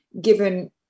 given